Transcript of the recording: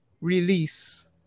release